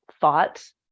thought